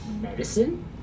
medicine